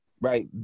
right